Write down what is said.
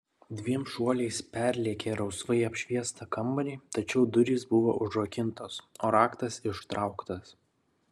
dviem šuoliais perlėkė rausvai apšviestą kambarį tačiau durys buvo užrakintos o raktas ištrauktas